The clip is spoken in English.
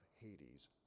Hades